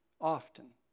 Often